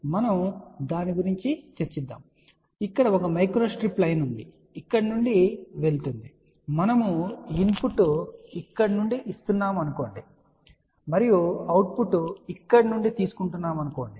కాబట్టి మనం దాని గురించి ఆలోచిద్దాం ఇక్కడ ఒక మైక్రోస్ట్రిప్ లైన్ ఉంది ఇది ఇక్కడ నుండి వెళుతుంది మనము ఇన్పుట్ ఇక్కడ ఇస్తున్నామని అనుకోండి మరియు అవుట్పుట్ ఇక్కడ నుండి తీసుకోబడుతుంది